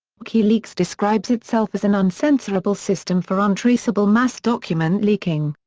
wikileaks describes itself as an uncensorable system for untraceable mass document leaking.